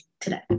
Today